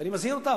ואני מזהיר אותם.